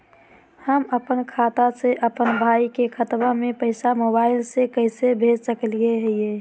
हम अपन खाता से अपन भाई के खतवा में पैसा मोबाईल से कैसे भेज सकली हई?